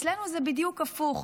אצלנו זה בדיוק הפוך,